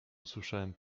usłyszałem